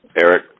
Eric